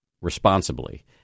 responsibly